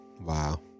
wow